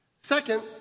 Second